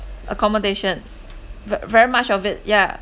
accommodation ver~ very much of it yeah